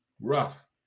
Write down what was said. Rough